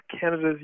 Canada's